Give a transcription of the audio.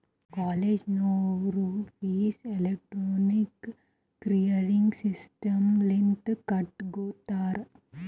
college ನಾಗೂ fees electronic clearing system ಲಿಂತೆ ಕಟ್ಗೊತ್ತಾರ್